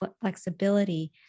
flexibility